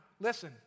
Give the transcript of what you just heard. listen